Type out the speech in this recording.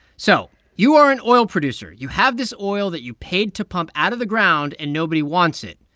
so you are an oil producer. you have this oil that you paid to pump out of the ground, and nobody wants it.